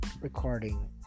recording